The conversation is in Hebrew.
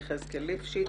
יחזקאל ליפשיץ,